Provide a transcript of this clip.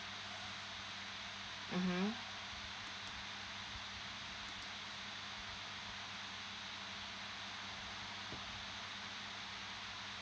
mmhmm